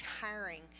tiring